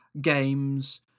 games